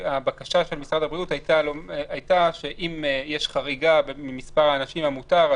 הבקשה של משרד הבריאות הייתה שאם יש חריגה ממספר האנשים המותר,